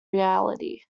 reality